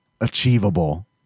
achievable